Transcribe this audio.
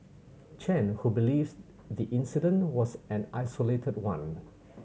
Chen who believes the incident was an isolated one